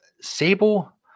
Sable